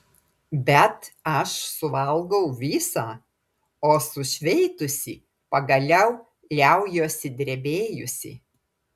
bet aš suvalgau visą o sušveitusi pagaliau liaujuosi drebėjusi